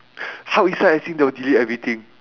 hard reset as in they'll delete everything